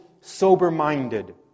sober-minded